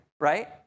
right